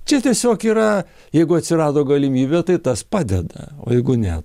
čia tiesiog yra jeigu atsirado galimybė tai tas padeda o jeigu ne